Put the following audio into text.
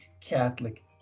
Catholic